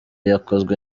yakozwe